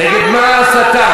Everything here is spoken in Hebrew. נגד מה ההסתה?